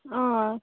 अँ